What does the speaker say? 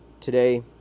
Today